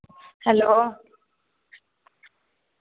hello